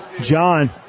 John